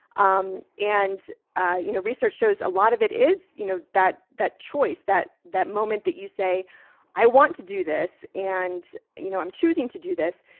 um and ah you know research shows a lot of it is you know that that choice that that moment that you say i want to do this and you know i'm choosing to do this.